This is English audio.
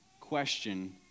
question